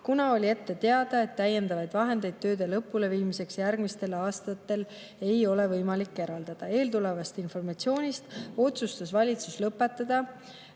kuna oli ette teada, et täiendavaid vahendeid tööde lõpuleviimiseks järgmistel aastatel ei ole võimalik eraldada. Eelmärgitud informatsioonist tulenevalt otsustas valitsus lõpetada